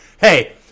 hey